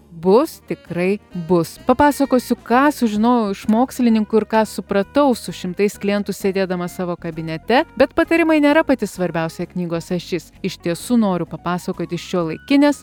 bus tikrai bus papasakosiu ką sužinojau iš mokslininkų ir ką supratau su šimtais klientų sėdėdama savo kabinete bet patarimai nėra pati svarbiausia knygos ašis iš tiesų noriu papasakoti šiuolaikinės